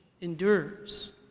endures